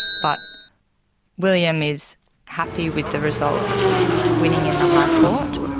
but william is happy with the result winning in the high court,